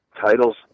Titles